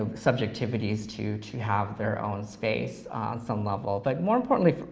ah subjectivities to to have their own space on some level, but more importantly,